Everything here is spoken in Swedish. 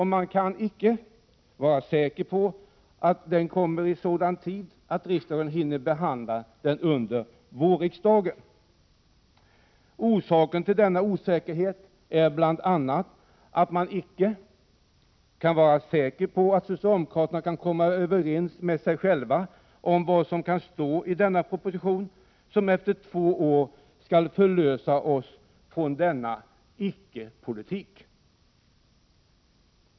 Man kan icke vara säker på att den kommer i sådan tid att riksdagen hinner behandla den under vårriksdagen. Orsaken till denna osäkerhet är bl.a. att man icke kan vara säker på att socialdemokraterna kan komma överens med sig själva om vad som skall stå i denna proposition, som efter två år skall förlösa oss från denna icke-politik.